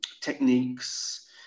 techniques